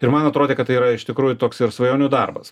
ir man atrodė kad tai yra iš tikrųjų toks ir svajonių darbas